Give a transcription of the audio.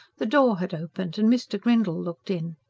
the door had opened and mr. grindle looked in.